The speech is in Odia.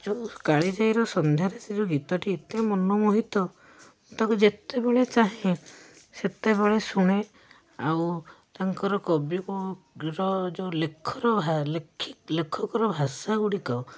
ଯେଉଁ କାଳିଜାଇର ସନ୍ଧ୍ୟାରେ ସେ ଯେଉଁ ଗୀତଟି ଏତେ ମନମୋହିତ ମୁଁ ତାକୁ ଯେତେବେଳେ ଚାହେଁ ସେତେବେଳେ ଶୁଣେ ଆଉ ତାଙ୍କର କବିଙ୍କର ଯେଉଁ ଲେଖର ଭା ଲେଖି ଲେଖକର ଭାଷା ଗୁଡ଼ିକ